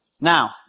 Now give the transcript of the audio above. Now